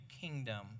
kingdom